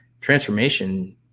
Transformation